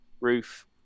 roof